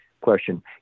question